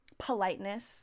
politeness